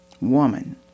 woman